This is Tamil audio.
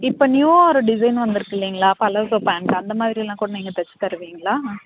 இப்போ நியூவாக ஒரு டிஸைன் வந்திருக்கு இல்லைங்களா பலோசா பேண்ட் அந்தமாதிரிலாம் கூட நீங்கள் தைத்து தருவிங்களா